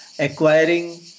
acquiring